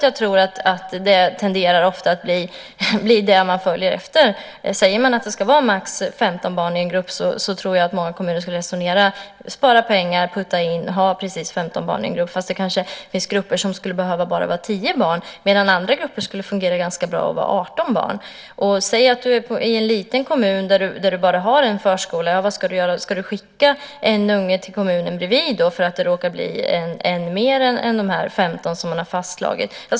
Jag tror att det tenderar att bli det som man följer efter; säger man att det ska vara max 15 barn i en grupp så resonerar många kommuner så att man sparar pengar och har precis 15 barn i en grupp trots att det finns grupper som kanske skulle behöva bara ha 10 barn och andra skulle fungera ganska bra med 18 barn. Och vad ska man göra i en liten kommun där man bara har en förskola? Ska man skicka en unge till kommunen bredvid för att det råkar bli en mer än de 15 som man har fastslagit?